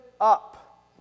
up